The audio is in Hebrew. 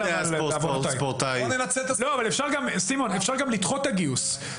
סימון, אפשר גם לדחות את הגיוס.